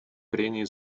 прений